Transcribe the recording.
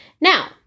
Now